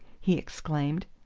he exclaimed.